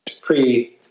pre